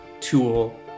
tool